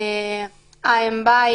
האם בית,